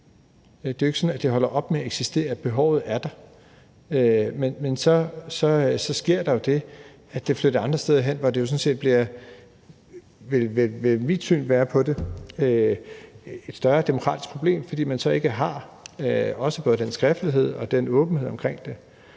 Det er jo ikke sådan, at det holder op med at eksistere, for behovet er der. Men når der så sker det, at det flytter andre steder hen, vil mit syn på det være, at det sådan set bliver et større demokratisk problem, fordi man så ikke har den samme skriftlighed og åbenhed om det.